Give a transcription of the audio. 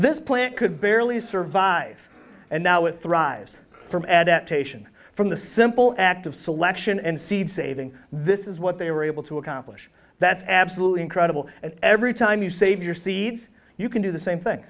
this plant could barely survive and now with rise from adaptation from the simple act of selection and seed saving this is what they were able to accomplish that's absolutely incredible and every time you save your seeds you can do the same thing